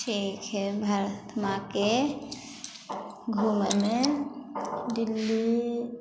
ठीक हइ भारत माँके घूमयमे दिल्ली